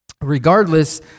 regardless